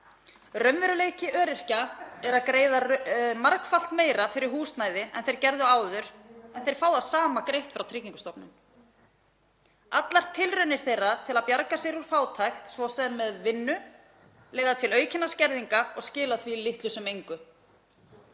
Raunveruleiki öryrkja er að greiða margfalt meira fyrir húsnæði en þeir gerðu áður en þeir fá það sama greitt frá Tryggingastofnun. Allar tilraunir þeirra til að bjarga sér úr fátækt, svo sem með vinnu, leiða til aukinna skerðinga og skila því litlu sem engu.